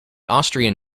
austrian